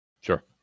Sure